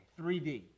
3D